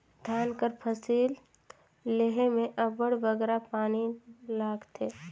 धान कर फसिल लेहे में अब्बड़ बगरा पानी लागथे